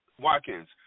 Watkins